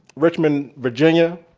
richmond, virginia,